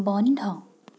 বন্ধ